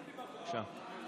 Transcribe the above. בבקשה.